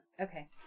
Okay